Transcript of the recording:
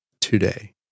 today